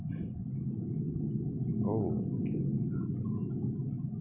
oh